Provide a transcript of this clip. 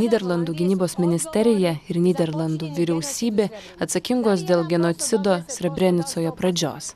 nyderlandų gynybos ministerija ir nyderlandų vyriausybė atsakingos dėl genocido srebrenicoje pradžios